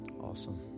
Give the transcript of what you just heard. Awesome